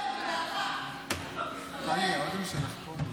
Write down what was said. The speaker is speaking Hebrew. שלא --- טלי, האודם שלך מונח פה.